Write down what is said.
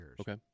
Okay